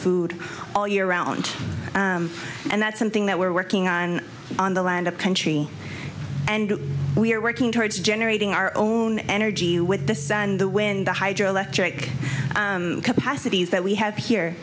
food all year round and that's something that we're working on on the land of country and we're working towards generating our own energy with the sun the wind the hydroelectric capacities that we have here